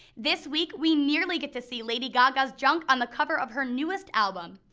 this week we nearly get to see lady gaga's junk on the cover of her newest album.